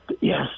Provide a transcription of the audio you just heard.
Yes